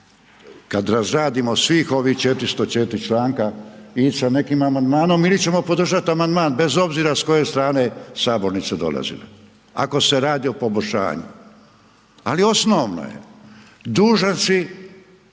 kad razradimo svih ovih 404 članka ili sa nekim amandmanom ili ćemo podržati amandman bez obzira s koje strane sabornice dolazila, ako se radi o poboljšanju. Ali, osnovno je, dužan si,